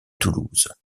toulouse